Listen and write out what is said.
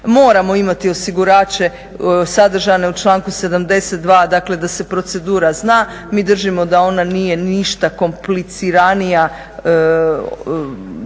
Moramo imati osigurače sadržane u članku 72., dakle da se procedura zna. Mi držimo da ona nije ništa kompliciranija,